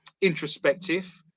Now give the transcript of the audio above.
introspective